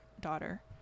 daughter